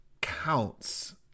counts